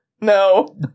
No